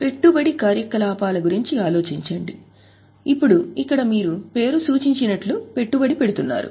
పెట్టుబడి కార్యకలాపాల గురించి ఆలోచించండి ఇప్పుడు ఇక్కడ మీరు పేరు సూచించినట్లు పెట్టుబడి పెడుతున్నారు